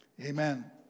amen